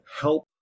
help